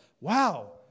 wow